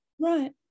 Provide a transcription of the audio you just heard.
Right